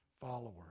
followers